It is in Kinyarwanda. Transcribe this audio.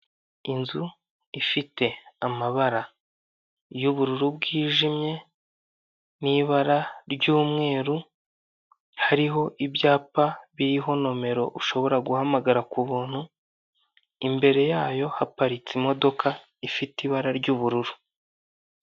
Inzu ifite amabara y'ubururu bwijimye n'ibara ry'umweru hariho ibyapa biriho nomero ushobora guhamagara ku buntu imbere yayo haparitse imodoka ifite ibara ry'ubururu.